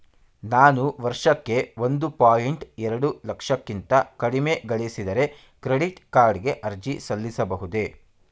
ನಾನು ವರ್ಷಕ್ಕೆ ಒಂದು ಪಾಯಿಂಟ್ ಎರಡು ಲಕ್ಷಕ್ಕಿಂತ ಕಡಿಮೆ ಗಳಿಸಿದರೆ ಕ್ರೆಡಿಟ್ ಕಾರ್ಡ್ ಗೆ ಅರ್ಜಿ ಸಲ್ಲಿಸಬಹುದೇ?